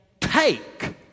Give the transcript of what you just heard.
take